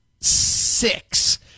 six